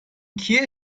کیه